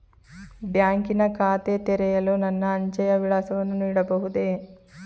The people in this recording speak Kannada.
ಬ್ಯಾಂಕಿನ ಖಾತೆ ತೆರೆಯಲು ನನ್ನ ಅಂಚೆಯ ವಿಳಾಸವನ್ನು ನೀಡಬಹುದೇ?